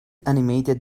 animated